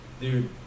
dude